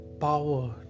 power